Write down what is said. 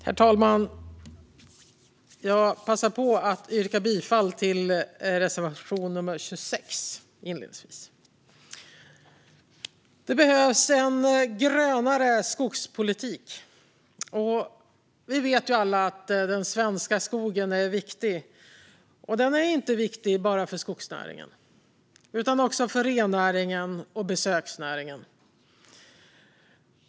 Herr talman! Jag passar på att inledningsvis yrka bifall till reservation nummer 26. Det behövs en grönare skogspolitik. Vi vet alla att den svenska skogen är viktig. Den är viktig inte bara för skogsnäringen utan också för rennäringen och besöksnäringen.